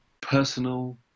personal